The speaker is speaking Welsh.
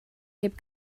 heb